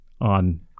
on